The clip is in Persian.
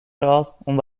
راست، اون